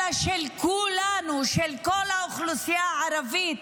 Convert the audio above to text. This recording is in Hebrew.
אלא של כולנו, של כל האוכלוסייה הערבית,